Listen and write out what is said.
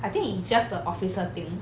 I think it's just a officer things